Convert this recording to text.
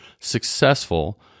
successful